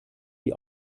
die